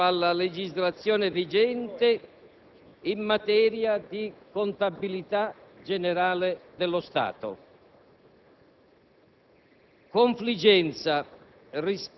in particolare definiti dagli articoli 70 e 76 della suprema Carta;